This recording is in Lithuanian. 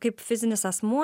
kaip fizinis asmuo